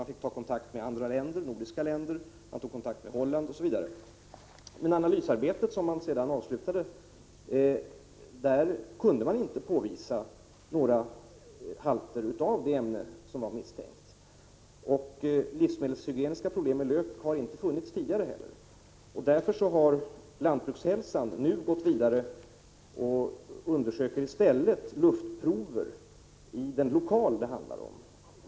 Man fick ta kontakt med andra nordiska länder, och man tog kontakt med Holland. När analysarbetet avslutats kunde man inte påvisa några halter av det ämne som man misstänkt. Livsmedelshygieniska problem med lök har heller inte funnits tidigare. Därför har lantbrukshälsan nu gått vidare och undersöker i stället luftprover från den lokal det handlar om.